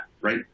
right